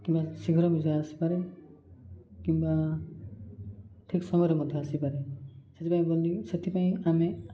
କିମ୍ବା ଶୀଘ୍ର ବିଷୟ ଆସିପାରେ କିମ୍ବା ଠିକ୍ ସମୟରେ ମଧ୍ୟ ଆସିପାରେ ସେଥିପାଇଁ ସେଥିପାଇଁ ଆମେ